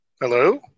hello